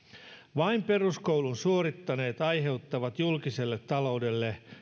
vain peruskoulun suorittaneet aiheuttavat julkiselle taloudelle